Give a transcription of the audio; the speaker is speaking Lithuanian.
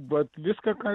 vat viską ką